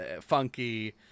Funky